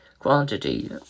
Quantity